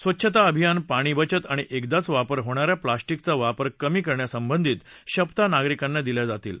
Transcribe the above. स्वच्छता अभियान पाणी बचत आणि एकदाच वापर होणा या प्लस्टिकचा वापर कमी करण्यासंबंधीत शपथा नागरिकांना दिल्या जातील